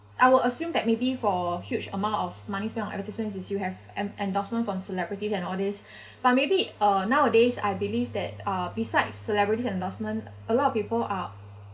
I will assume that maybe for huge amount of money spent on advertisement is you have en~ endorsement from celebrities and all these but maybe uh nowadays I believe that uh besides celebrity endorsement a lot of people are